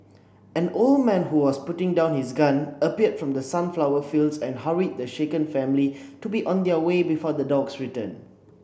an old man who was putting down his gun appeared from the sunflower fields and hurried the shaken family to be on their way before the dogs return